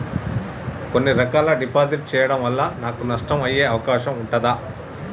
కొన్ని రకాల డిపాజిట్ చెయ్యడం వల్ల నాకు నష్టం అయ్యే అవకాశం ఉంటదా?